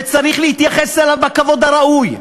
וצריך להתייחס אליו בכבוד הראוי.